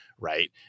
right